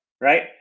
right